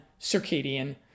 circadian